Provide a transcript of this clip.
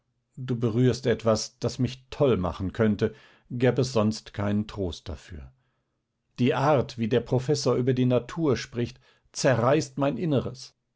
du berührst etwas das mich toll machen könnte gäb es sonst keinen trost dafür die art wie der professor über die natur spricht zerreißt mein inneres